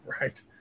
Right